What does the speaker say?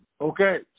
Okay